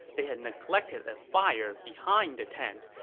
they had neglected a fire behind the tent,